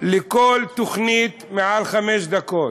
לכל תוכנית שאורכה מעל חמש דקות.